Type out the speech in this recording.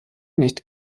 nicht